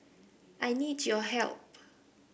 I need your help